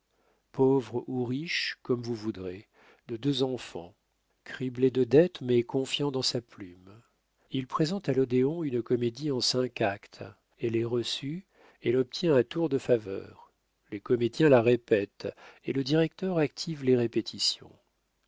pauvre ou riche comme vous voudrez de deux enfants criblé de dettes mais confiant dans sa plume il présente à l'odéon une comédie en cinq actes elle est reçue elle obtient un tour de faveur les comédiens la répètent et le directeur active les répétitions